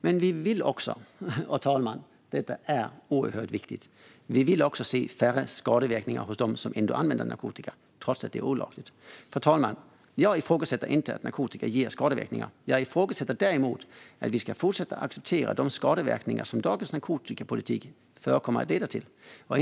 Men vi vill också, och detta är oerhört viktigt, fru talman, se färre skadeverkningar hos dem som ändå använder narkotika trots att det är olagligt. Fru talman! Jag ifrågasätter inte att narkotika ger skadeverkningar. Jag ifrågasätter däremot att vi ska fortsätta att acceptera de skadeverkningar som dagens narkotikapolitik kommer att fortsätta att leda till.